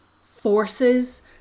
forces